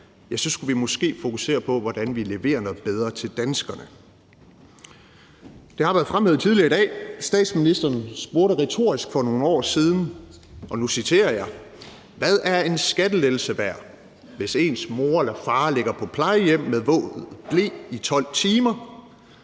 være bedre måske at fokusere på, hvordan vi leverer noget bedre til danskerne. Kl. 14:55 Det har været fremme tidligere i dag. Statsministeren spurgte retorisk for nogle år siden: Hvad er en skattelettelse værd, hvis ens mor eller far ligger på plejehjem med våd ble i 12 timer?